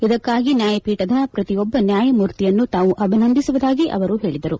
ಇದಕ್ಕಾಗಿ ನ್ಯಾಯಪೀಠದ ಪ್ರತಿಯೊಬ್ಬ ನ್ಯಾಯಮೂರ್ತಿಯನ್ನು ತಾವು ಅಭಿನಂದಿಸುವುದಾಗಿ ಅವರು ಹೇಳಿದರು